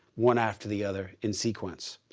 one after the other in sequence.